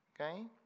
okay